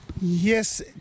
Yes